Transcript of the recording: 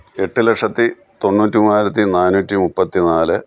എട്ട് ലക്ഷത്തി തൊണ്ണൂറ്റി മൂവായിരത്തി നാന്നൂറ്റി മുപ്പത്തി നാല്